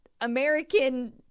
American